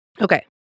Okay